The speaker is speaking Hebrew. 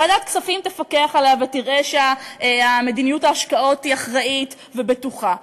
ועדת הכספים תפקח עליה ותראה שמדיניות ההשקעות היא אחראית ובטוחה,